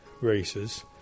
races